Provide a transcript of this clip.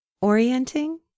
Orienting